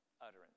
utterance